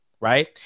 Right